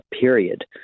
period